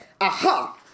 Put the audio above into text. aha